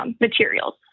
materials